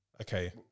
Okay